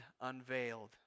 unveiled